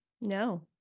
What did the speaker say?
No